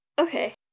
Okay